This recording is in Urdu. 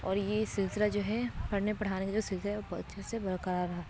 اور یہ سلسلہ جو ہے پڑھنے پڑھانے کا جو سلسلہ ہے وہ بہت اچھے سے برقرار رہا